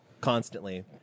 constantly